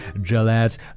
Gillette